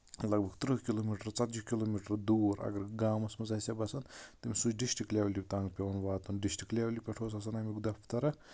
لگ بگ ترٕٛہ کِلومیٖٹر ژَتجِہہ کِلو میٖٹر دوٗر اَگر گامَس منٛز آسہِ ہا بَسان تٔمِس سُہ ڈِسٹرک لیولہِ تام پیوان واتُن ڈسٹرک لیولہِ پٮ۪ٹھ اوس آسان اَمیُک دَفتر